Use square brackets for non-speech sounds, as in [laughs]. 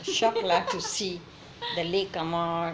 [laughs]